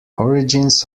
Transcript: origins